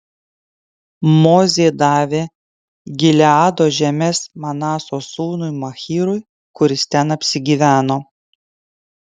mozė davė gileado žemes manaso sūnui machyrui kuris ten apsigyveno